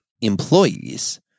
Employees